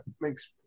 makes